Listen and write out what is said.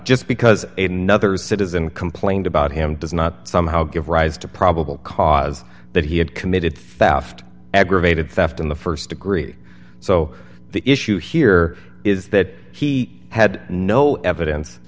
just because a another citizen complained about him does not somehow give rise to probable cause that he had committed faffed aggravated theft in the st degree so the issue here is that he had no evidence